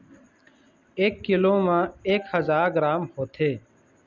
एक कीलो म एक हजार ग्राम होथे